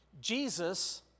Jesus